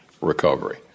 recovery